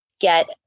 get